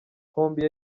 hombi